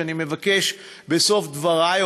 שאני מבקש בסוף דברי,